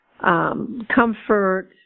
comfort